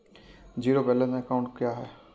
Zero balance account क्या है?